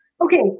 Okay